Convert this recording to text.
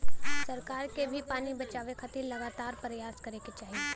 सरकार के भी पानी बचावे खातिर लगातार परयास करे के चाही